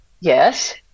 Yes